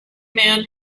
man